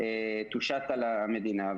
תושת על המדינה?